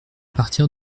partir